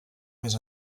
més